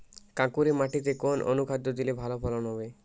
কাঁকুরে মাটিতে কোন অনুখাদ্য দিলে ভালো ফলন হবে?